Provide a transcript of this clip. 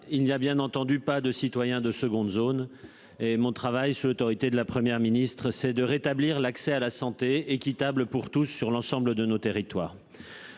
il y a bien entendu pas de citoyens de seconde zone et mon travail sous l'autorité de la Première ministre, c'est de rétablir l'accès à la santé équitable pour tous sur l'ensemble de nos territoires.